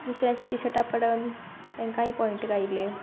दुसऱ्याची टिशर्टां पडन तांकांय पॉयंट घायल्लें